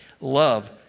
Love